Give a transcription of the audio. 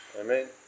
Amen